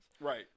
Right